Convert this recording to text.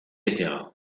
etc